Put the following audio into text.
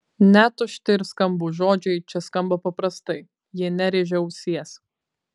net tušti ir skambūs žodžiai čia skamba paprastai jie nerėžia ausies